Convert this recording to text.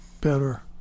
better